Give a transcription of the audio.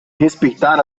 respeitar